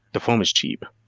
the foam is cheap,